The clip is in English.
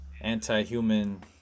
anti-human